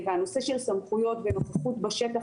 והנושא של סמכויות ונוכחות בשטח,